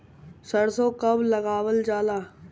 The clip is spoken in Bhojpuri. सरसो कब लगावल जाला?